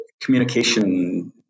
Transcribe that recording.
communication